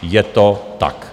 Je to tak!